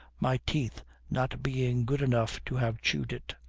my teeth not being good enough to have chewed it.